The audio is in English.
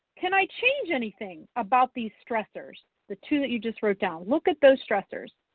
can i change anything about these stressors? the two that you just wrote down, look at those stressors.